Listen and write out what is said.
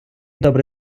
добре